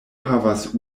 havas